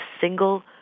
single